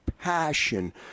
passion